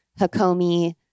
Hakomi